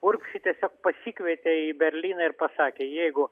urbšį tiesiog pasikvietė į berlyną ir pasakė jeigu